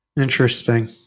Interesting